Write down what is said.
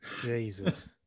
Jesus